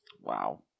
Wow